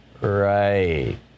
Right